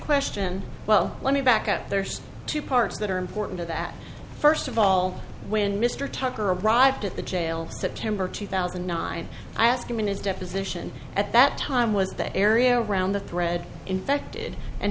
question well let me back up there's two parts that are important to that first of all when mr tucker a private at the jail september two thousand and nine i asked him in his deposition at that time was the area around the thread infected and